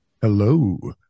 Hello